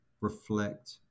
reflect